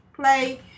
play